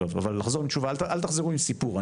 אבל תחזרו עם תשובה, אל תחזרו עם סיפור.